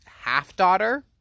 half-daughter